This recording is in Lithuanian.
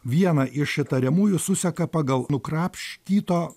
vieną iš įtariamųjų suseka pagal nukrapštyto